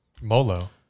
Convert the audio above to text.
Molo